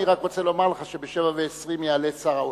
אני רק רוצה לומר לך שב-07:20 יעלה שר האוצר.